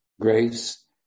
grace